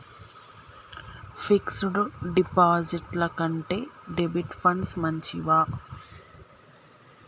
Fix డ్ డిపాజిట్ల కంటే డెబిట్ ఫండ్స్ మంచివా?